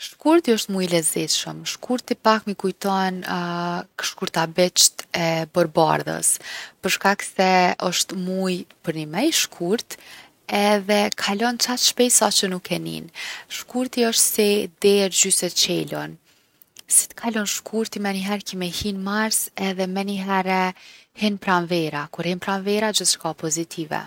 Shkurti osht muj i lezetshëm. Shkurti pak m’i kujton shkurtabiqt e Borëbardhës për shkak se osht muj përnime i shkurt edhe kalon qaq shpejt saqë nuk e nin. Shkurti osht si derë gjysë e qelun, si t’kalon shkurti menihere ki me hi n’mars edhe menihere hin pranvera. Kur hin pranvera gjithçka o pozitive.